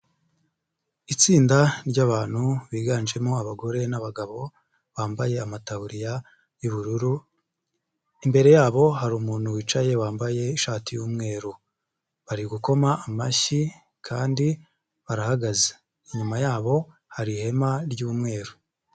Itsinda ry'abantu biganjemo abagore n'abagabo, bambaye amataburiya y'ubururu, imbere yabo hari umuntu wicaye wambaye ishati y'umweru. Bari gukoma amashyi kandi barahagaze. Inyuma yabo, hari ihema ry'umweru.